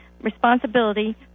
responsibility